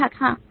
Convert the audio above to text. ग्राहक हाँ